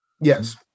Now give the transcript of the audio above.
Yes